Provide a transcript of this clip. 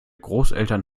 großeltern